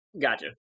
gotcha